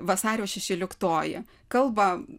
vasario šešioliktoji kalba